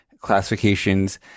classifications